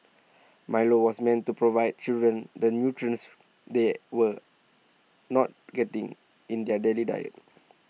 milo was meant to provide children the nutrients they were not getting in their daily diet